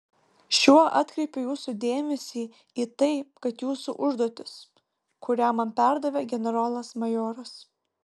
šiuo atkreipiu jūsų dėmesį į tai kad jūsų užduotis kurią man perdavė generolas majoras